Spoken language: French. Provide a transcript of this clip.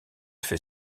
fait